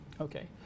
Okay